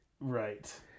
Right